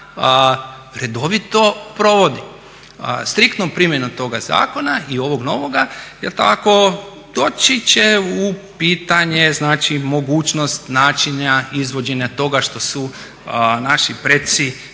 redovito provodi striktnom primjenom toga zakona i ovog novoga i doći će u pitanje znači mogućnost načina izvođenja toga što su naši preci